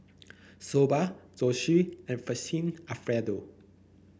Soba Zosui and Fettuccine Alfredo